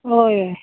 होय होय